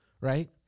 right